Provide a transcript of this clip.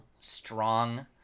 strong